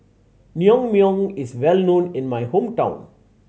naengmyeon is well known in my hometown